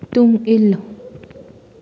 ꯇꯨꯡ ꯏꯜꯂꯨ